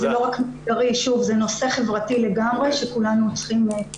זה לגמרי נושא חברתי שכולנו צריכים להתייחס אליו.